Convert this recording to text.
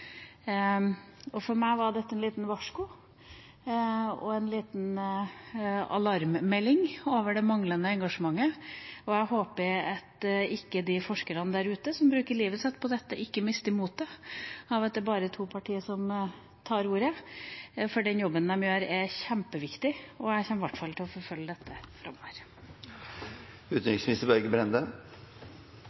salen. For meg var dette et lite varsko og en liten alarmmelding om det manglende engasjementet, og jeg håper at de forskerne der ute som bruker livet sitt på dette, ikke mister motet av at det bare er to partier som tar ordet, for den jobben de gjør, er kjempeviktig, og jeg kommer i hvert fall til å forfølge dette framover.